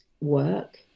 work